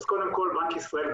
אז קודם בנק ישראל,